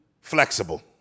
flexible